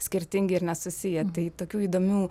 skirtingi ir nesusiję tai tokių įdomių